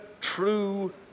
true